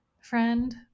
friend